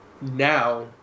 now